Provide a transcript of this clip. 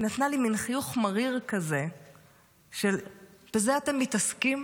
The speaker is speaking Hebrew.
היא נתנה לי מין חיוך מריר כזה של "בזה אתם מתעסקים?"